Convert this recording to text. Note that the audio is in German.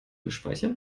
gespeichert